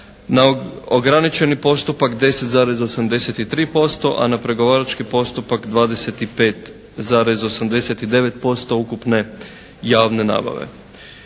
Na ograničeni postupak 10,83%, a na pregovarački postupak 25,89% ukupne javne nabave.